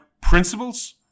principles